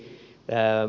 erään